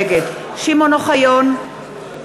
נגד שמעון אוחיון,